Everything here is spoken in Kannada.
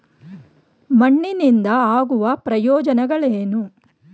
ಮಣ್ಣಿನಿಂದ ಆಗುವ ಪ್ರಯೋಜನಗಳೇನು?